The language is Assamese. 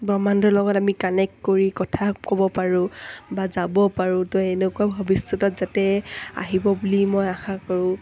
ব্ৰহ্মাণ্ডৰ লগত আমি কানেক্ট কৰি কথা ক'ব পাৰোঁ বা যাব পাৰোঁ ত' এনেকুৱা ভৱিষ্যতে যাতে আহিব বুলি মই আশা কৰোঁ